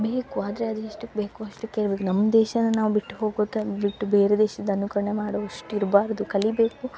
ಬೇಕು ಆದರೆ ಅದು ಎಷ್ಟಕ್ಕೆ ಬೇಕು ಅಷ್ಟಕ್ಕೆ ಇವಾಗ ನಮ್ಮ ದೇಶನ ನಾವು ಬಿಟ್ಟು ಹೋಗೊತ್ತೆ ಬಿಟ್ಟು ಬೇರೆ ದೇಶದ ಅನುಕರಣೆ ಮಾಡುವಷ್ಟು ಇರ್ಬಾರದು ಕಲಿಯಬೇಕು